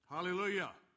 Hallelujah